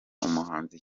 umuhanzi